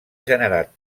generat